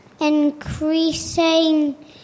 increasing